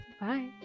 bye